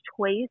choice